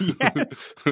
yes